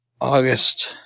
August